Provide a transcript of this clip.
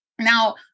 Now